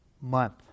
month